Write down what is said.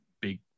big